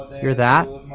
hear that?